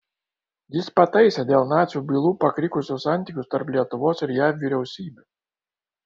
jis pataisė dėl nacių bylų pakrikusius santykius tarp lietuvos ir jav vyriausybių